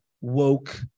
woke